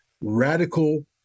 radical